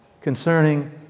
concerning